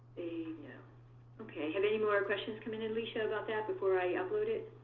you know ok. have any more questions come in, alicia, about that before i upload it?